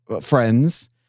friends